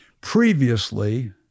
previously